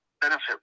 benefit